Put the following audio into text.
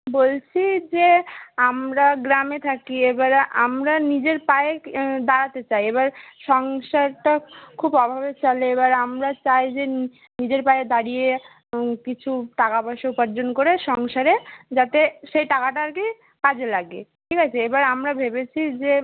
বলছি যে আমরা গ্রামে থাকি এবারে আমরা নিজের পায়ে দাঁড়াতে চাই এবার সংসারটা খুব অভাবে চলে এবার আমরা চাই যে নি নিজের পায়ে দাঁড়িয়ে কিছু টাকা পয়সা উপার্জন করে সংসারে যাতে সেই টাকাটা আর কি কাজে লাগে ঠিক আছে এবার আমরা ভেবেছি যে